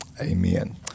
Amen